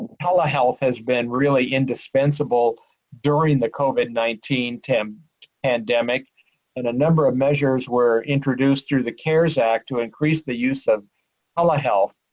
telehealth has been really indispensable during the covid nineteen um pandemic and a number of measures were introduced through the cares act to increase the use of telehealth.